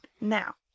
Now